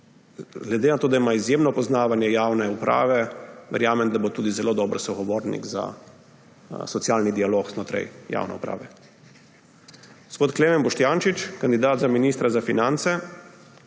se tega tiče. Ker ima izjemno poznavanje javne uprave, verjamem, da bo tudi zelo dober sogovornik za socialni dialog znotraj javne uprave. Gospod Klemen Boštjančič, kandidat za ministra za finance.